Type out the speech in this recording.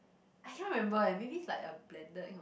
I cannot remember eh maybe it's like a blender that kind of